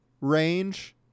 range